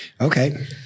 Okay